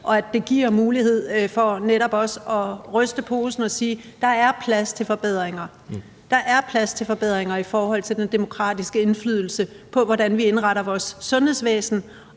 i, at det giver mulighed for netop også at ryste posen og sige: Der er plads til forbedringer. Der er plads til forbedringer i forhold til den demokratiske indflydelse på, hvordan vi indretter vores sundhedsvæsen.